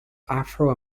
afro